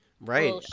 Right